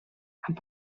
amb